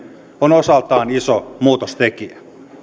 on osaltaan iso muutostekijä